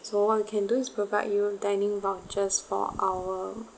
so what we can do is provide you dining vouchers for our